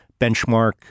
benchmark